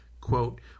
Quote